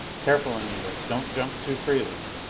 careful, anita. don't jump too freely.